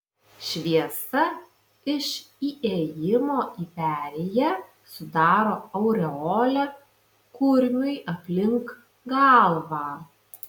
šviesa iš įėjimo į perėją sudaro aureolę kurmiui aplink galvą